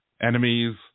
enemies